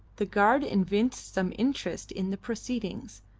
the guard evinced some interest in the proceedings,